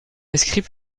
inscrit